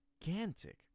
gigantic